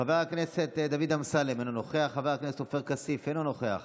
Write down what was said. חבר הכנסת דוד אמסלם, אינו נוכח,